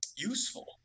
useful